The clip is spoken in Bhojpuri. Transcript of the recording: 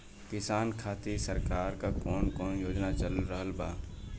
किसान खातिर सरकार क कवन कवन योजना चल रहल बा?